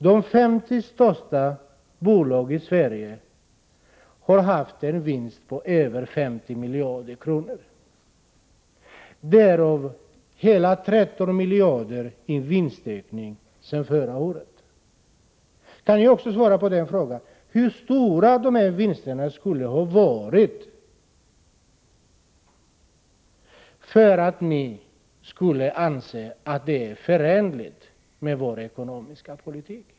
De 50 största bolagen i Sverige har haft en vinst på över 50 miljarder kronor, och vinstökningen sedan förra året uppgår till hela 13 miljarder. Hur stora borde dessa vinster ha varit för att ni skulle anse dem förenliga med en klok ekonomisk politik?